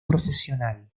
profesional